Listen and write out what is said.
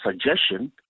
suggestion